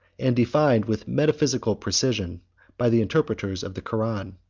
and defined with metaphysical precision by the interpreters of the koran.